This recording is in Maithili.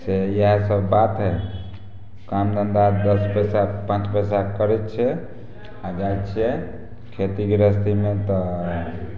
से इएहसब बात हइ काम धन्धा दस पइसा पाँच पइसा करै छिए आओर जाइ छिए खेती गिरहस्थीमे तऽ